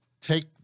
take